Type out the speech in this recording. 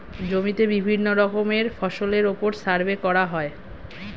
জমিতে বিভিন্ন রকমের ফসলের উপর সার্ভে করা হয়